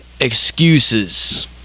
excuses